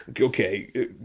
Okay